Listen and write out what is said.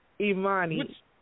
Imani